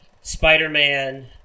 Spider-Man